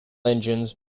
engines